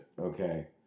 Okay